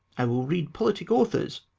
i will read politic authors,